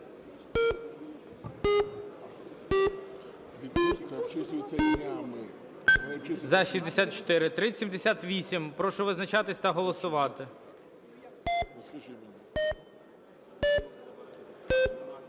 За-64 3078. Прошу визначатись та голосувати.